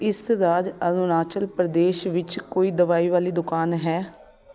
ਇਸ ਰਾਜ ਅਰੁਣਾਚਲ ਪ੍ਰਦੇਸ਼ ਵਿੱਚ ਕੋਈ ਦਵਾਈ ਵਾਲੀ ਦੁਕਾਨ ਹੈ